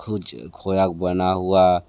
कुछ खोया बना हुआ